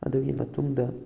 ꯑꯗꯨꯒꯤ ꯃꯇꯨꯡꯗ